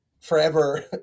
forever